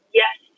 yes